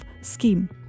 scheme